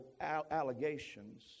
allegations